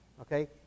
Okay